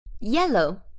Yellow